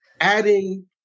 adding